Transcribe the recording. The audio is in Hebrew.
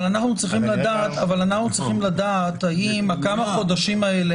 אנחנו צריכים לדעת האם הכמה חודשים האלה